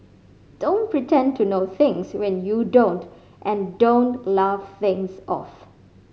don't pretend to know things when you don't and don't laugh things off